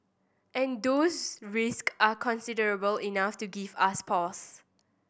and those risk are considerable enough to give us pause